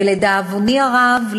ולדאבוני הרב,